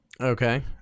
Okay